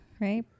right